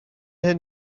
hyn